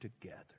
together